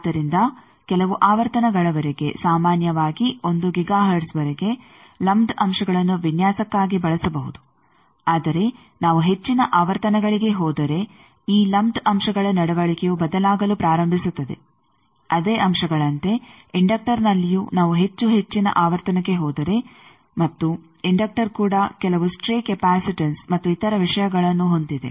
ಆದ್ದರಿಂದ ಕೆಲವು ಆವರ್ತನಗಳವರೆಗೆ ಸಾಮಾನ್ಯವಾಗಿ 1 ಗಿಗಾ ಹರ್ಟ್ಜ್ವರೆಗೆ ಲಂಪ್ಡ್ ಅಂಶಗಳನ್ನು ವಿನ್ಯಾಸಕ್ಕಾಗಿ ಬಳಸಬಹುದು ಆದರೆ ನಾವು ಹೆಚ್ಚಿನ ಆವರ್ತನಗಳಿಗೆ ಹೋದರೆ ಈ ಲಂಪ್ಡ್ ಅಂಶಗಳ ನಡವಳಿಕೆಯು ಬದಲಾಗಲು ಪ್ರಾರಂಭಿಸುತ್ತದೆ ಅದೇ ಅಂಶಗಳಂತೆ ಇಂಡಕ್ಟರ್ನಲ್ಲಿಯೂ ನಾವು ಹೆಚ್ಚು ಹೆಚ್ಚಿನ ಆವರ್ತನಕ್ಕೆ ಹೋದರೆ ಮತ್ತು ಇಂಡಕ್ಟರ್ ಕೂಡ ಕೆಲವು ಸ್ಟ್ರೇ ಕೆಪಾಸಿಟನ್ಸ್ ಮತ್ತು ಇತರ ವಿಷಯಗಳನ್ನು ಹೊಂದಿದೆ